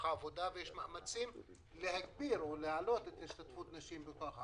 העבודה ויש מאמצים להגביר או להעלות את השתתפות הנשים בכוח העבודה.